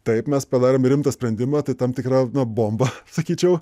taip mes padarėm rimtą sprendimą tai tam tikra bomba sakyčiau